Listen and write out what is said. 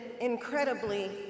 incredibly